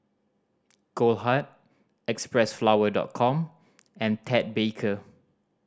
Goldheart Xpressflower Dot Com and Ted Baker